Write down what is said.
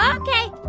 um ok,